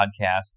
Podcast